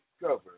discover